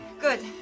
good